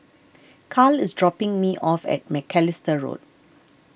Carl is dropping me off at Macalister Road